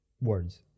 words